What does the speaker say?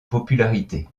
popularité